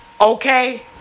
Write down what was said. Okay